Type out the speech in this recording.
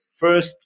First